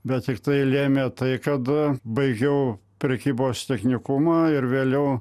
bet tiktai lėmė tai kada baigiau prekybos technikumą ir vėliau